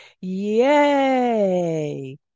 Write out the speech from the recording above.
Yay